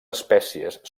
espècies